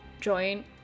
join